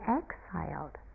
exiled